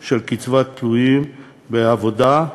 של קצבת תלויים בעבודה,